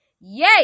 Yay